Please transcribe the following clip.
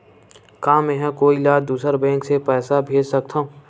का मेंहा कोई ला दूसर बैंक से पैसा भेज सकथव?